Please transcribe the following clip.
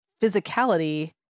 physicality